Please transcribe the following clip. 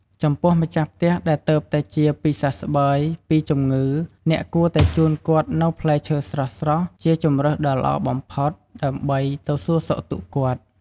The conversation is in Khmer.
ចំពោះម្ចាស់ផ្ទះដែលទើបតែជាពីសះស្បើយពីជំងឺអ្នកគួរតែជូនគាត់នូវផ្លែឈើស្រស់ៗជាជម្រើសដ៏ល្អបំផុតដើម្បីទៅសូរសុខទុក្ខគាត់។